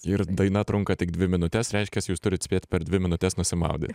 ir daina trunka tik dvi minutes reiškias jūs turit spėt per dvi minutes nusimaudyt